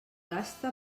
gasta